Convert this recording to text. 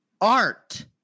Art